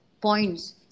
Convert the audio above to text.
points